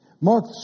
Mark